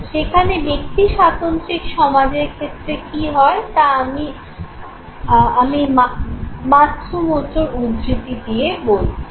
যেখানে ব্যক্তিস্বাতন্ত্রিক সমাজের ক্ষেত্রে কী হয় তা আমি মাতসুমোটোর উদ্ধৃতি দিয়ে বলছি